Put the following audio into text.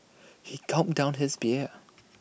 he gulped down his beer